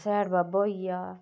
स्याड़ बाबा होई गेआ